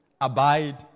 abide